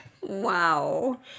Wow